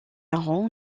aaron